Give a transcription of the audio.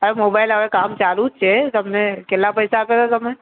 આ મોબાઈલ હવે કામ ચાલું જ છે તમને કેટલા પૈસા આપેલા તમે